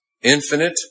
infinite